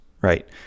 right